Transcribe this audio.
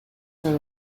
from